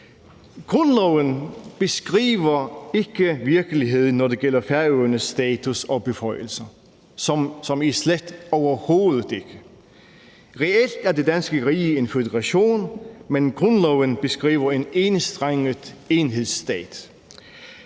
Grundloven beskriver ikke virkeligheden, når det gælder Færøernes status og beføjelser – som i slet ikke og overhovedet ikke. Reelt er det danske rige en føderation, men grundloven beskriver en enstrenget enhedsstat.